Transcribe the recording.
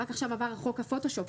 רק עכשיו עבר חוק הפוטושופ,